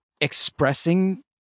expressing